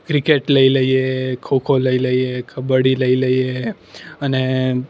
cricket લઈ લઈએ ખોખો લઈ લઈએ કબડ્ડી લઈ લઈએ અને